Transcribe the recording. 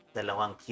dalawang